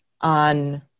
on